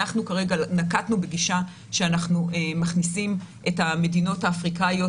אנחנו כרגע נקטנו בגישה שאנחנו מכניסים את המדינות האפריקניות